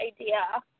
idea